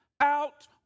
out